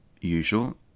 usual